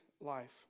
life